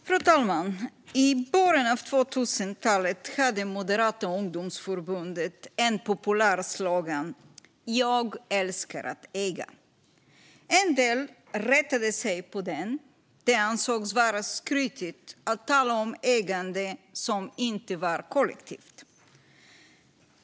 Fru talman! I början av 2000-talet hade Moderata ungdomsförbundet en populär slogan: "Jag älskar att äga." En del retade sig på den; det ansågs vara skrytigt att tala om ägande som inte var kollektivt.